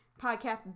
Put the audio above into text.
podcast